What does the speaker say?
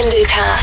Luca